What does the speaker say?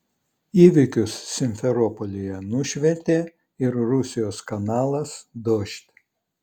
įvykius simferopolyje nušvietė ir rusijos kanalas dožd